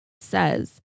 says